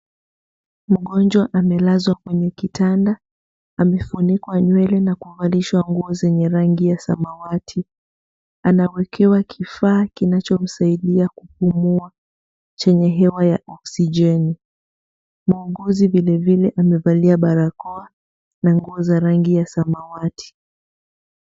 Mgonjwa amelazwa kwenye kitanda, amefunikwa nywele na kuvalishwa nguo zenye rangi ya samawati. Anawakiwa kifaa kinacho msaidia kupumua chenye hewa ya oxygeni . Muuguzi vilevile amevalia barakoa na nguo za rangi ya samawati.